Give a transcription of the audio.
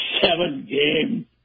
seven-game